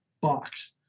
box